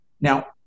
Now